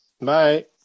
Bye